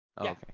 okay